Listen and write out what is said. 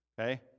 Okay